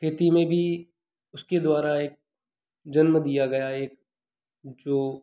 खेती में भी उसके द्वारा एक जन्म दिया गया एक जो